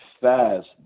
fast